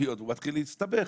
מתחיל להסתבך,